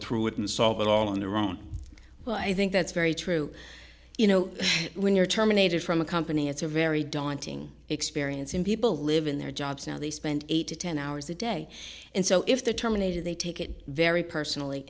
through it and solve it all on their own well i think that's very true you know when you're terminated from a company it's a very daunting experience and people live in their jobs now they spend eight to ten hours a day and so if the terminator they take it very personally